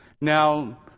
Now